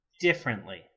differently